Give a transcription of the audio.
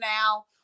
now